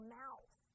mouth